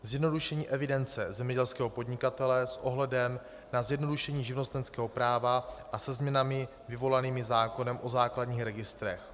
Zjednodušení evidence zemědělského podnikatele s ohledem na zjednodušení živnostenského práva a se změnami vyvolanými zákonem o základních registrech.